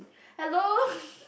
hello